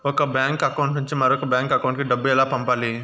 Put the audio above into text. ఒక bank account నుంచి మరొక బ్యాంకు అకౌంట్ కు డబ్బు ఎలా పంపాలి